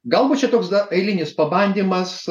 galbūt čia toks eilinis pabandymas